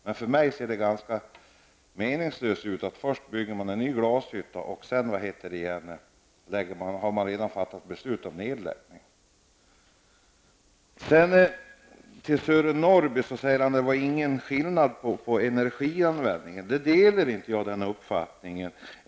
Men för mig ser det ganska meningslöst ut att bygga en ny glashytta när man redan har fattat beslut om en nedläggning. Sören Norrby säger att det inte finns någon skillnad i energianvändningen. Den uppfattningen delar inte jag.